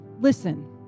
listen